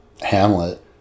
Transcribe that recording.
Hamlet